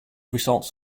results